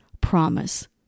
promise